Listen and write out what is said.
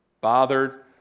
bothered